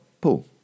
Paul